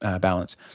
balance